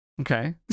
okay